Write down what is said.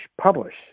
publish